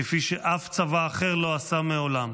כפי שאף צבא אחר לא עשה מעולם.